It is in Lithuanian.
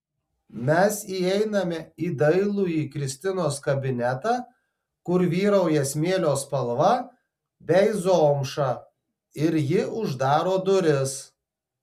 mes įeiname į dailųjį kristinos kabinetą kur vyrauja smėlio spalva bei zomša ir ji uždaro duris